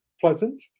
pleasant